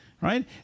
Right